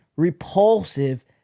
repulsive